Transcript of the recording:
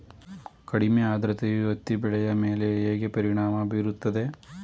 ಕಡಿಮೆ ಆದ್ರತೆಯು ಹತ್ತಿ ಬೆಳೆಯ ಮೇಲೆ ಹೇಗೆ ಪರಿಣಾಮ ಬೀರುತ್ತದೆ?